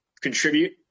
contribute